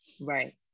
Right